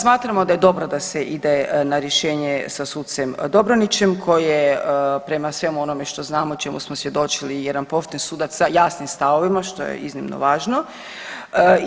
Smatramo da je dobro da se ide na rješenje sa sucem Dobronićem koji je prema onome što znamo i čemu smo svjedočili jedan pošten sudac sa jasnim stavovima, što je iznimno važno